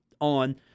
on